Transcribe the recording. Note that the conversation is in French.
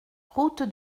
route